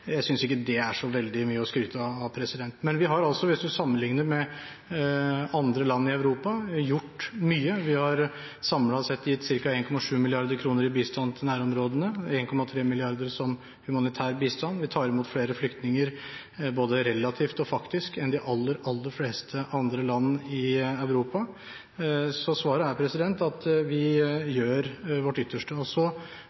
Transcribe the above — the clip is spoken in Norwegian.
Jeg synes ikke det er så veldig mye å skryte av. Vi har, hvis man sammenligner med andre land i Europa, gjort mye. Vi har samlet sett gitt ca. 1,7 mrd. kr i bistand til nærområdene, 1,3 mrd. kr som humanitær bistand. Vi tar imot flere flyktninger både relativt og faktisk enn de aller, aller fleste andre land i Europa. Så svaret er at vi